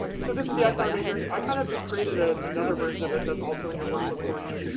so this is the eisenhower matrix. i kind of just created a another version of it that's also in your workbook for you.